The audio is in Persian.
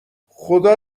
خدا